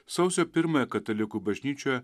sausio pirmąją katalikų bažnyčioje